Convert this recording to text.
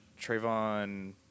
Trayvon